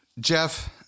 Jeff